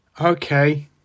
Okay